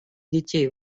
детей